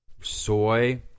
soy